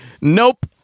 Nope